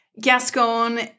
Gascon